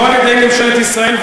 לא על-ידי ממשלת ישראל,